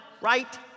right